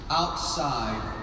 outside